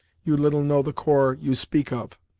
you little know the corps you speak of,